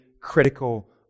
critical